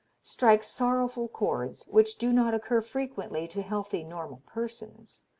strikes sorrowful chords, which do not occur frequently to healthy normal persons.